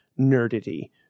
nerdity